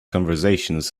conversations